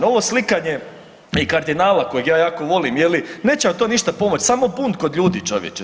Ovo slikanje i kardinala kojeg ja jako volim je li, neće vam to ništa pomoć, samo bunt kod ljudi čovječe.